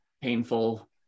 painful